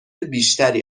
بیشتری